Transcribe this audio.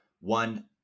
one